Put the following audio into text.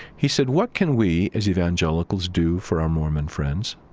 he said, what can we, as evangelicals, do for our mormon friends?